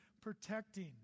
protecting